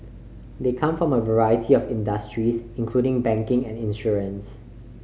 they come from a variety of industries including banking and insurance